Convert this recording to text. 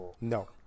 No